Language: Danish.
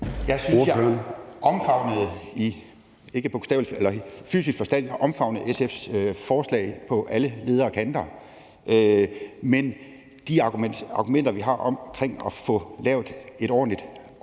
Jeg synes, jeg omfavnede, dog ikke i fysisk forstand, SF's forslag på alle leder og kanter. Men de argumenter, vi har, der handler om at få lavet et ordentligt forarbejde